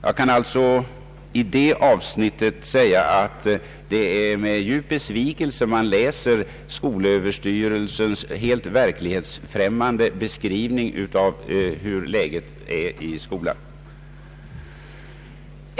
I detta avsnitt är det med djup besvikelse jag läser skolöverstyrelsens helt <verklighetsfrämmande beskrivning av läget i skolan.